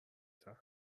تحمل